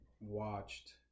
watched